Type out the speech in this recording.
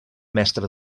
mestre